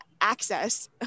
access